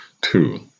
Two